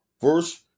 First